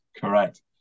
Correct